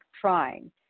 trying